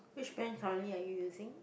which brand currently are you using